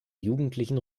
jugendlichen